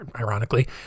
ironically